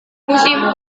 musim